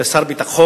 היית שר הביטחון,